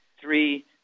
three